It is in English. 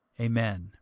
Amen